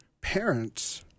parents